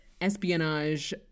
espionage